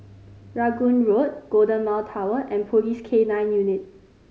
Rangoon Road Golden Mile Tower and Police K Nine Unit